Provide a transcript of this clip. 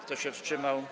Kto się wstrzymał?